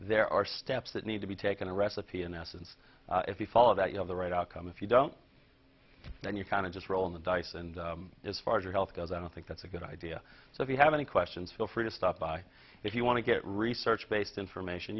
there are steps that need to be taken a recipe in essence if you follow that you have the right outcome if you don't then you kind of just roll the dice and as far as your health goes and i think that's a good idea so if you have any questions feel free to stop by if you want to get research based information